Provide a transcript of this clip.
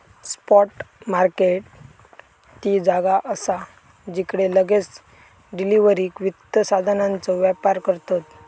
spot market ती जागा असा जिकडे लगेच डिलीवरीक वित्त साधनांचो व्यापार करतत